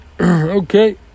Okay